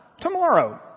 tomorrow